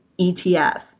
ETF